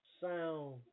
sound